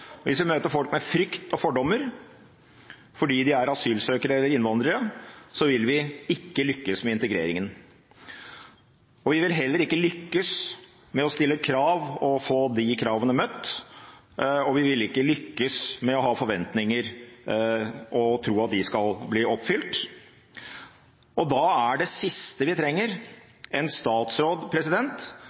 Hvis vi møter folk med frykt og fordommer fordi de er asylsøkere eller innvandrere, vil vi ikke lykkes med integreringen. Vi vil heller ikke lykkes med å stille krav og få de kravene møtt, og vi vil ikke lykkes med å ha forventninger og tro at de skal bli oppfylt. Da er det siste vi trenger, en statsråd